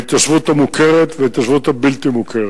ההתיישבות המוכרת וההתיישבות הבלתי-מוכרת.